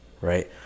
right